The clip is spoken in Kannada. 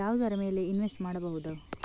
ಯಾವುದರ ಮೇಲೆ ಇನ್ವೆಸ್ಟ್ ಮಾಡಬಹುದು?